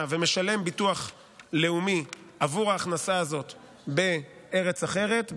ומשלם ביטוח לאומי עבור ההכנסה הזאת בארץ אחרת,